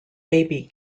baby